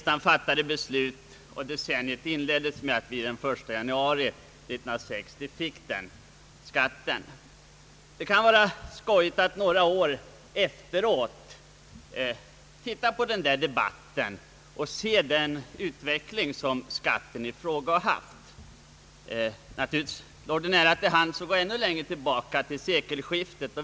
Den infördes 1 januari 1960. Det kan vara av intresse att några år efteråt blicka tillbaka på debatten om denna skatt.. Naturligtvis kan man också gå tillbaka ända till sekelskiftet.